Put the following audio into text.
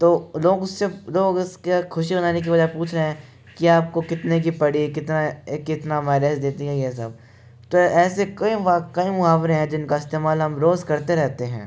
तो लोग उससे लोग उसके खुशी मनाने की बजाय पूछ रहे हैं कि आपको कितने की पड़ी कितना कितना माइलेज देती है यह सब तो ऐसे कई मुहा कई मुहावरे हैं जिनका इस्तेमाल हम रोज़ करते रहते हैं